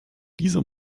dieser